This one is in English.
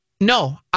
No